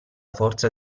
forza